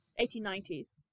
1890s